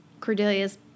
Cordelia's